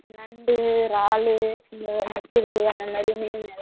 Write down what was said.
நண்டு இராலு நெ நெத்திலி அந்த மாதிரி மீன் நிறைய இருக்கு